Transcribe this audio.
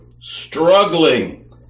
struggling